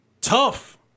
Tough